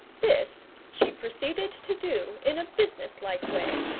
this she proceeded to do in a businesslike way,